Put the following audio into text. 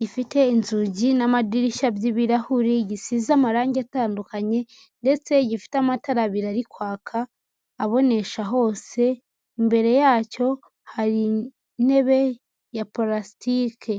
gifite inzugi n'amadirishya by'ibirahuri, gisize amarangi atandukanye ndetse gifite amatara abiri ari kwaka abonesha hose, imbere yacyo hari intebe ya parasitike.